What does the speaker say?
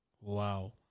Wow